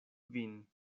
vin